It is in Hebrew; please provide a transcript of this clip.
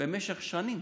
למשך שנים